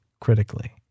critically